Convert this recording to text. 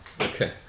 okay